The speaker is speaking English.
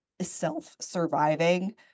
self-surviving